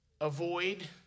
avoid